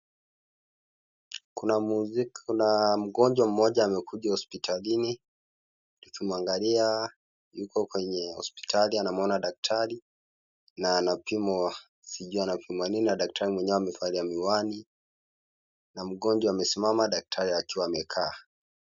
Kuna mgonjwa mmoja amekuja hospitalini, tukimwangalia yuko kwenye hospitalini anamwona daktari, na anapimwa sijui anapimwa nini na daktari mwenyewe amevalia miwani, na mgonjwa amesimama daktari akiwa amekaa.